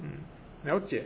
嗯了解